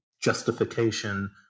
justification